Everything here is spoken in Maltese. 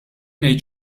ngħid